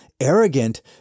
arrogant